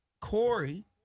Corey